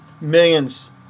millions